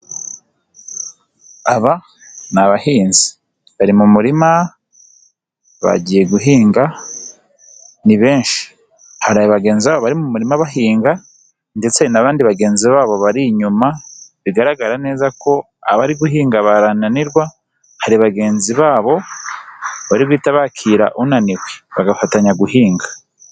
Aba ni abahinzi bari mu murima bagiye guhinga ni benshi, hari bagenzi babo bari mu murima bahinga ndetse n'abandi bagenzi babo bari inyuma, bigaragara neza ko abari guhinga barananirwa hari bagenzi babo bari guhita bakira unaniwe bagafatanya guhinga.